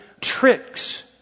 tricks